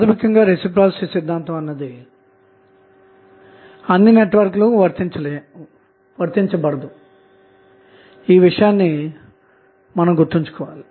ప్రాథమికంగా రెసిప్రొసీటీ సిద్ధాంతం అన్ని నెట్వర్క్లకు వర్తించబడదు అన్న ముఖ్యమైన అంశాన్ని మనం గుర్తుంచుకోవాలి